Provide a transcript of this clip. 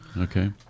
Okay